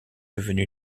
devenu